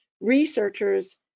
researchers